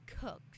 cooked